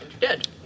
Dead